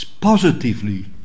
positively